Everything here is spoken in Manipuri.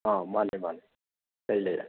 ꯑꯥꯎ ꯃꯥꯅꯤ ꯃꯥꯅꯤ ꯀꯩ ꯂꯩꯔꯦ